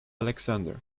alexander